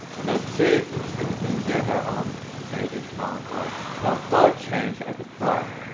so, two interesting things here about ellen page's violin playing. her bow change at the frog.